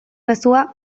mezua